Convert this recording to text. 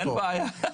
אין בעיה.